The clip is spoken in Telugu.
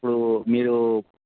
ఇప్పుడు మీరు